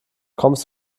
kommst